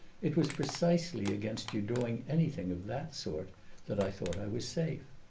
it was precisely against your doing anything of that sort that i thought i was safe.